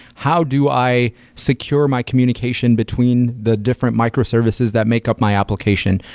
how do i secure my communication between the different microservices that make up my application?